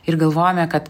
ir galvojame kad